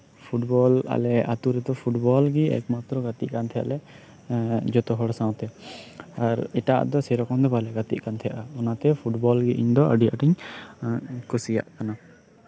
football ᱟᱞᱮ ᱟᱹᱛᱩ ᱨᱮᱫᱚ ᱯᱷᱩᱴᱵᱚᱞ ᱜᱮ ᱮᱠᱢᱟᱛᱨᱚ ᱜᱟᱛᱮᱜ ᱠᱟᱱ ᱛᱟᱸᱦᱮᱜ ᱞᱮ ᱡᱚᱛᱚ ᱦᱚᱲ ᱥᱟᱶᱛᱮ ᱟᱨ ᱮᱴᱟᱜ ᱫᱚ ᱥᱮᱨᱚᱠᱚᱢ ᱫᱚ ᱵᱟᱞᱮ ᱜᱟᱛᱮᱜ ᱠᱟᱱ ᱛᱟᱸᱦᱮᱱᱟ ᱚᱱᱟᱛᱮ ᱯᱷᱩᱴᱵᱚᱞ ᱜᱮ ᱟᱸᱰᱤ ᱟᱸᱴᱤᱧ ᱠᱩᱭᱟᱜᱼᱟ